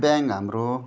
bank हाम्रो